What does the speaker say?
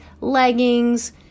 leggings